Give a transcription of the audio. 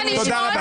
תודה רבה.